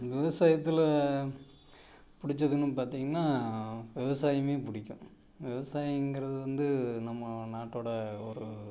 விவசாயத்தில் பிடிச்சதுன்னு பார்த்திங்கன்னா விவசாயமே பிடிக்கும் விவசாயங்கிறது வந்து நம்ம நாட்டோடய ஒரு